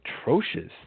atrocious